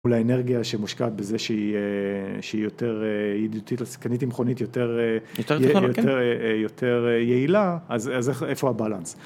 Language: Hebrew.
מול לאנרגיה שמושקעת בזה שהיא יותר ידידותית, קניתי מכונית יותר יעילה, אז איפה הבלנס?